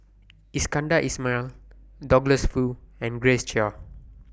Iskandar Ismail Douglas Foo and Grace Chia